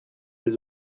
des